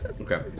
Okay